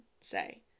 say